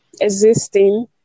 existing